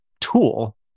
tool